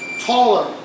taller